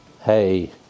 Hey